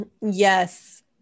yes